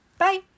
Bye